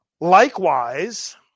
Likewise